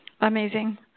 Amazing